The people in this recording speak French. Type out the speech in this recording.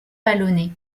vallonné